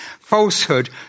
falsehood